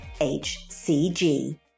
HCG